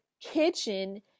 kitchen